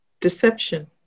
deception